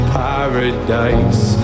paradise